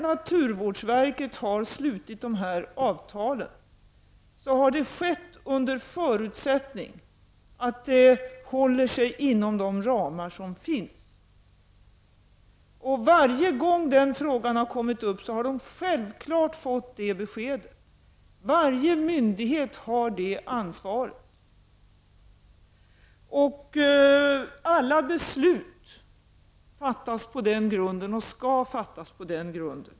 Naturvårdsverket har slutit de här avtalen under förutsättning att de håller sig inom de ramar som finns. Varje gång den frågan har kommit upp har verket självfallet fått det beskedet. Varje myndighet har det ansvaret. Alla beslut fattas och skall fattas på den grunden.